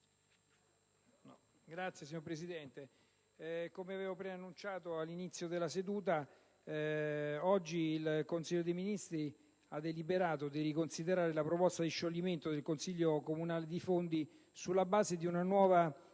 *(IdV)*. Signor Presidente, come avevo preannunciato all'inizio della seduta, oggi il Consiglio dei ministri ha deliberato di riconsiderare la proposta di scioglimento del Consiglio comunale di Fondi, sulla base di una nuova